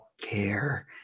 care